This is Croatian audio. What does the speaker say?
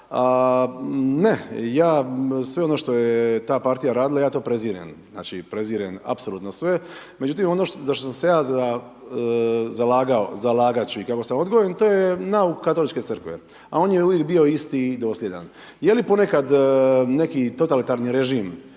ja sve ono što je ta partija radila, ja to prezirem, znači prezirem apsolutno sve, međutim ono za što sam se ja zalagao i zalagat ću, i kako sam odgojen to je nauk Katoličke Crkve, a on je uvijek bio isti i dosljedan. Je li ponekad neki totalitarni režim